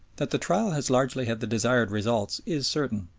that the trial has largely had the desired results is certain,